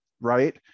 Right